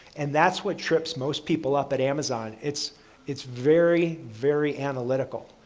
and that's what trips most people up at amazon. it's it's very very analytical.